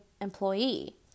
employee